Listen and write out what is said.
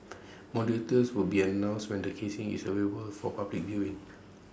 more details will be announced when the casing is available for public viewing